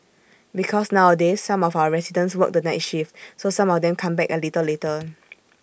because nowadays some of our residents work the night shift so some of them come back A little later